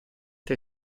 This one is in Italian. tra